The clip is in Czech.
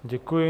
Děkuji.